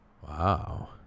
Wow